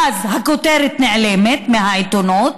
ואז הכותרת נעלמת מהעיתונות.